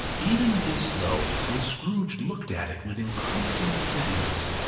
even this, though, when scrooge looked at it with increasing steadiness,